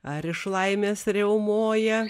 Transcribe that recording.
ar iš laimės riaumoja